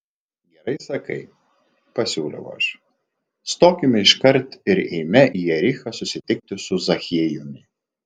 gerai sakai pasiūliau aš stokime iškart ir eime į jerichą susitikti su zachiejumi